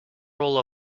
role